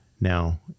now